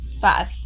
five